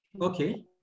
Okay